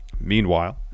Meanwhile